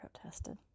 protested